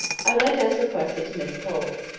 i went as requested to miss pole's.